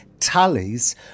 tallies